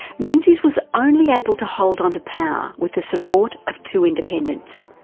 menzies was only able to hold on to power with the support of two independents,